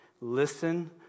listen